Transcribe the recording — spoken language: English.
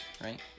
Right